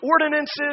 ordinances